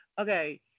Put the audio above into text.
Okay